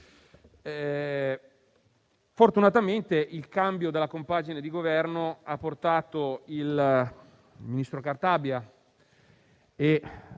Fortunatamente, il cambio della compagine di Governo ha portato il ministro Cartabia e, ovviamente,